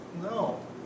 No